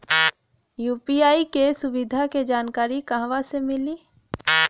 UPI के सुविधा के जानकारी कहवा से मिली?